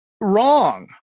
Wrong